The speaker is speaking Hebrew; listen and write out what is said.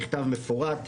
מכתב מפורט,